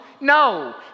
No